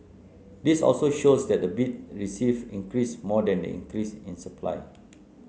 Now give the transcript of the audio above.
this also shows that the bids received increased more than the increase in supply